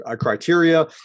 criteria